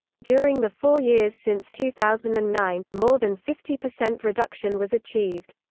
during the four years since two thousand and nine, more than fifty percent reduction was achieved.